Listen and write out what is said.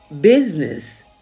business